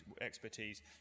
expertise